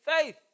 faith